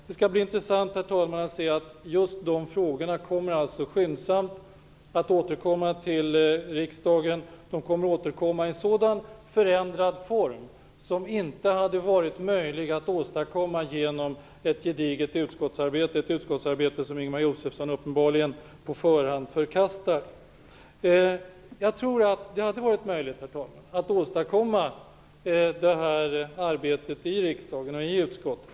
Det skall bli intressant att se om just dessa frågor kommer att skyndsamt återkomma till riksdagen i sådan förändrad form som inte hade varit möjligt att åstadkomma genom ett gediget utskottsarbete, ett utskottsarbete som Ingemar Josefsson uppenbarligen på förhand förkastar. Det hade varit, herr talman, fullt möjligt att åstadkomma det arbetet i riksdagen och i utskottet.